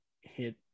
hit